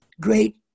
great